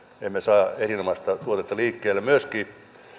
me emme saa erinomaista tuotetta liikkeelle myöskin